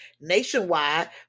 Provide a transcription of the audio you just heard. nationwide